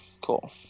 cool